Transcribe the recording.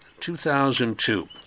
2002